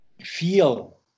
feel